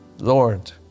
Lord